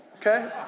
okay